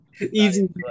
Easy